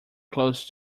close